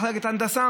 מחלקת הנדסה,